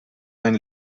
sein